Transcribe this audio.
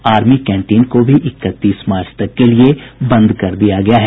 army canteen को भी इकतीस मार्च तक के लिए बंद कर दिया गया है